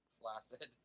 flaccid